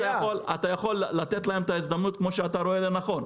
אתה יכול לתת להם את ההזדמנות כמו שאתה רואה לנכון,